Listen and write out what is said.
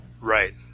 Right